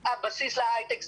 והוא הבסיס להייטק.